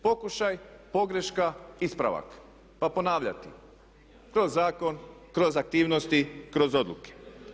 Pokušaj, pogreška, ispravak pa ponavljati kroz zakon, kroz aktivnosti, kroz odluke.